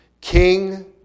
King